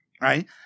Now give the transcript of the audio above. right